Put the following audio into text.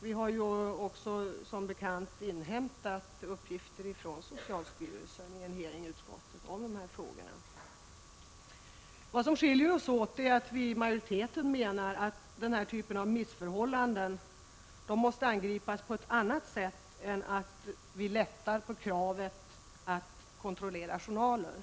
Vi har som bekant inhämtat uppgifter från socialstyrelsen vid en hearing i utskottet om de här frågorna. Vad som skiljer oss åt är att majoriteten menar att den här typen av missförhållanden måste angripas på ett annat sätt än genom att lätta kravet på att kontrollera journalerna.